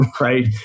right